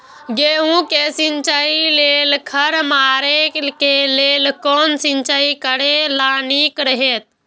गेहूँ के सिंचाई लेल खर मारे के लेल कोन सिंचाई करे ल नीक रहैत?